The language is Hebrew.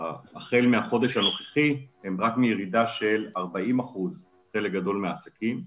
החל מהחודש הנוכחי הם רק מירידה של 40% בחלק גדול מהעסקים,